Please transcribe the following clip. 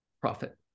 profit